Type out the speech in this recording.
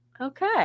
Okay